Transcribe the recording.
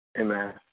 Amen